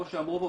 כמו שאמרו פה,